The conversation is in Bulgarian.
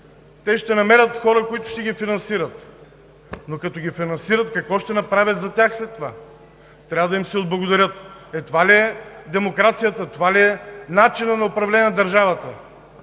Те ще намерят хора, които ще ги финансират, но като ги финансират, какво ще направят за тях след това? Трябва да им се отблагодарят. Това ли е демокрацията, това ли е начинът на управление на държавата